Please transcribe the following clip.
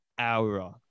aura